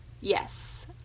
yes